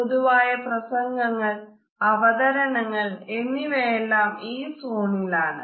പൊതുവായ പ്രസംഗങ്ങൾ അവതരണങ്ങൾ എന്നിവയെല്ലാം ഈ സോണിൽ ആണ്